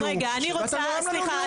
אתה נואם לנו נאומים.